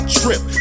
trip